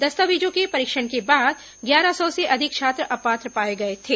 दस्तावेजों के परीक्षण के बाद ग्यारह सौ से अधिक छात्र अपात्र पाए गए थे